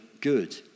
good